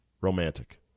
romantic